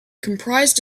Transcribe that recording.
comprised